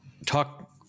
Talk